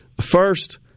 First